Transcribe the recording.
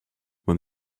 when